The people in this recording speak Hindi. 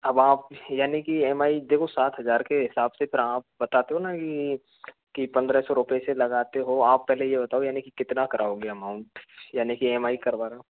अब आप यानि की ई एम आई देखो सात हजार के हिसाब से फिर आप बताते हो ना कि पंद्रह सौ रुपए से लगाते हो आप पहले ये बताओ यानि कि कितना कराओगे अमाउंट यानि की ई एम आई करवाकर